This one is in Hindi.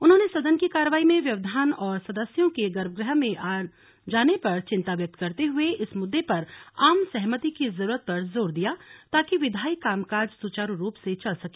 उन्होंने सदन की कार्रवाई में व्यवधान और सदस्यों के गर्भगृह में आ जाने पर चिंता व्यक्त करते हुए इस मुद्दे पर आम सहमति की जरूरत पर जोर दिया ताकि विधायी कामकाज सुचारु रूप से चल सके